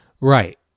Right